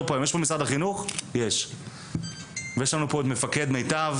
פה היום יש לנו כאן את מפקד מיטב,